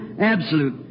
absolute